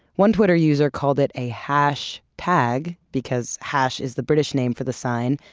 one twitter user called it a hash tag, because hash is the british name for the sign,